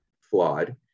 flawed